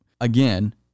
again